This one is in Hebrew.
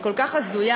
היא כל כך הזויה.